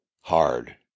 hard